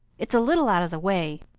it's a little out of the way,